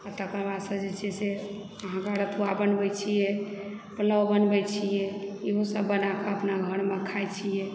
आ तकर बादसँ जे छै से अहाँकेँ रथुआ बनबैत छियै पुलाव बनबैत छियै इहोसभ बनाए कऽ अपना घरमे खाइत छियै